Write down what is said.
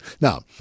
Now